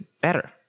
better